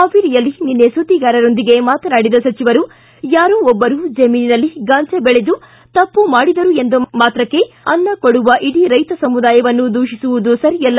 ಹಾವೇರಿಯಲ್ಲಿ ನಿನ್ನೆ ಸುದ್ದಿಗಾರರೊಂದಿಗೆ ಮಾತಾನಾಡಿದ ಸಚಿವರು ಯಾರೋ ಒಬ್ಬರು ಜಮೀನಿನಲ್ಲಿ ಗಾಂಜಾ ಬೆಳೆದು ತಪ್ಪು ಮಾಡಿದರು ಎಂದ ಮಾತ್ರಕ್ಕೆ ಅನ್ನಕೊಡುವ ಇಡೀ ರೈತ ಸಮುದಾಯವನ್ನು ದೂಷಿಸುವುದು ಸರಿಯಲ್ಲ